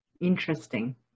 interesting